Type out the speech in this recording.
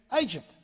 agent